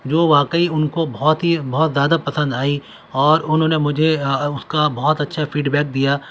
جو واقعی ان کو بہت ہی بہت زیادہ پسند آئی اور انہوں نے مجھے اس کا بہت اچھا فیڈ بیک دیا